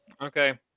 Okay